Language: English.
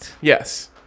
Yes